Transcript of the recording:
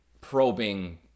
probing